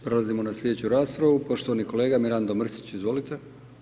Prelazimo na sljedeću raspravu, poštovani kolega Mirando Mrsić, izvolite.